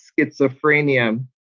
schizophrenia